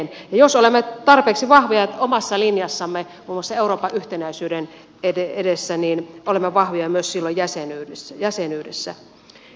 ja jos olemme tarpeeksi vahvoja omassa linjassamme muun muassa euroopan yhtenäisyyden edessä niin olemme vahvoja silloin myös jäsenyydessä